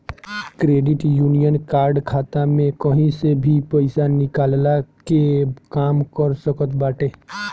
credit union card खाता में कही से भी पईसा निकलला के काम कर सकत बाटे